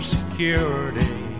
Security